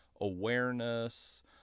awareness